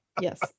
Yes